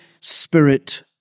Spirit